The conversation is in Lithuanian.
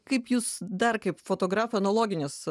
kaip jūs dar kaip fotografai analoginės